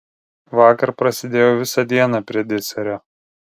vakar prasėdėjau visą dieną prie diserio